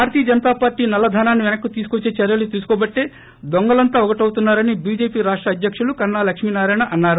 భారతీయ Janata party నల్ల ధనాన్ని వెనక్కి తీసుకొచ్చే చర్యలు తీసుకోబట్టే దొంగలంతా ఒకటవుతున్నారని బీజేపీ రాష్ట అధ్యకులు కొన్నా లక్ష్మీ నారాయణ అన్నారు